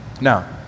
now